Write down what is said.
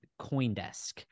Coindesk